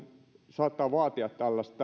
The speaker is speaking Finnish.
saattaa vaatia